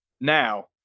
now